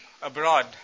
abroad